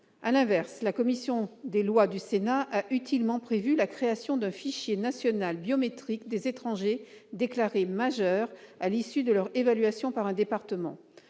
À l'inverse, la commission des lois du Sénat a utilement prévu la création d'un fichier national biométrique des étrangers déclarés majeurs à l'issue de leur évaluation par un département.